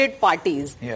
parties